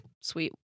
sweet